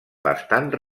bastant